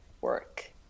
work